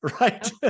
right